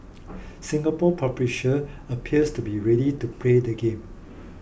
Singapore publisher appears to be ready to play the game